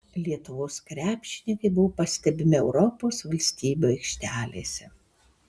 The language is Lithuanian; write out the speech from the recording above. lietuvos krepšininkai buvo pastebimi europos valstybių aikštelėse